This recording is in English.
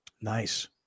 Nice